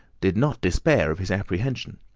did not despair of his apprehension.